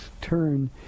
turn